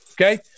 Okay